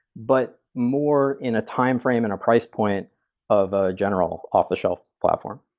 but more in a timeframe and a price point of a general off the shelf platform.